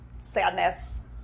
sadness